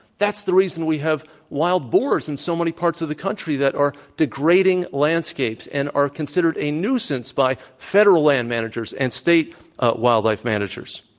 that's the reason we have wild boars in so many parts of the country that are degrading landscapes and are considered a nuisance by federal land managers and state wildlife managers.